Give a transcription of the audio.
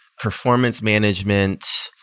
performance management.